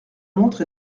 montre